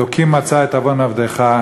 אלוקים מצא את עוון עבדך.